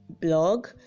blog